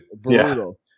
Brutal